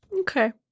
Okay